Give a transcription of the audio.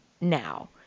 now